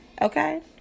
okay